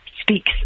speaks